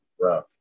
Rough